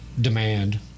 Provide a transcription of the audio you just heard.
demand